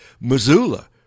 Missoula